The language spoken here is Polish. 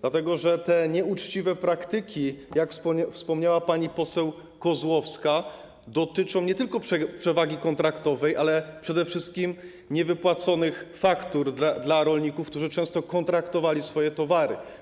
dlatego że te nieuczciwe praktyki, jak wspomniała pani poseł Kozłowska, dotyczą nie tylko przewagi kontraktowej, ale przede wszystkim niewypłaconych faktur dla rolników, którzy często kontraktowali swoje towary.